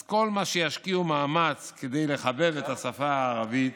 אז כמה שהם ישקיעו מאמץ כדי לחבב את השפה הערבית,